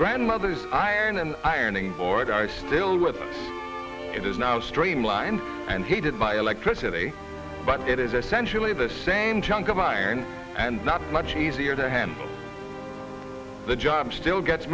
grandmother's iron and ironing board are still with it is now streamlined and heated by electricity but it is essentially the same chunk of iron and not much easier to handle the job still gets